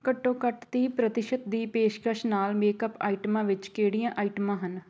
ਘੱਟੋ ਘੱਟ ਤੀਹ ਪ੍ਰਤੀਸ਼ਤ ਦੀ ਪੇਸ਼ਕਸ਼ ਨਾਲ ਮੇਕਅੱਪ ਆਈਟਮਾਂ ਵਿੱਚ ਕਿਹੜੀਆਂ ਆਈਟਮਾਂ ਹਨ